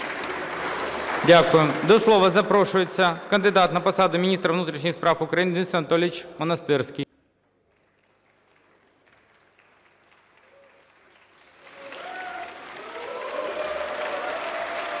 Дякую. До слова запрошується кандидат на посаду міністра внутрішніх справ України Денис Анатолійович Монастирський.